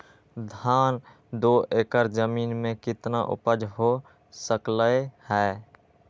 धान दो एकर जमीन में कितना उपज हो सकलेय ह?